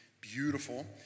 beautiful